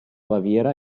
baviera